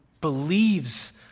believes